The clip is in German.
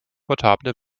portable